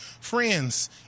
Friends